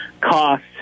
cost